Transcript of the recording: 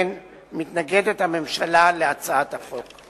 נוכח האמור לעיל, הממשלה מתנגדת להצעת החוק.